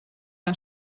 een